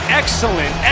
excellent